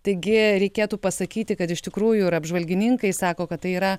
taigi reikėtų pasakyti kad iš tikrųjų ir apžvalgininkai sako kad tai yra